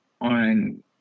on